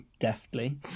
deftly